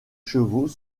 chevaux